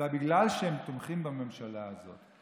אלא בגלל שהם תומכים בממשלה הזאת.